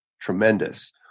tremendous